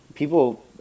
People